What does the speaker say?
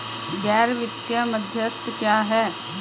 गैर वित्तीय मध्यस्थ क्या हैं?